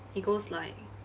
it goes like